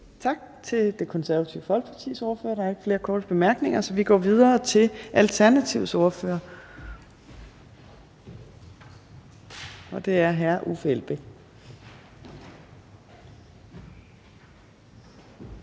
Tak til Det Konservative Folkepartis ordfører. Der er ikke flere korte bemærkninger, så vi går videre til Alternativets ordfører, og det er hr. Uffe Elbæk.